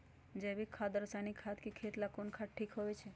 जैविक खाद और रासायनिक खाद में खेत ला कौन खाद ठीक होवैछे?